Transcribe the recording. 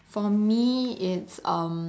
for me it's um